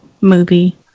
movie